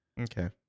Okay